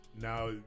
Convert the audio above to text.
now